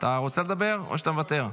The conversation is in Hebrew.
אתה רוצה לדבר או שאתה מוותר?